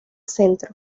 centro